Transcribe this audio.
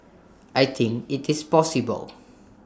I think IT is possible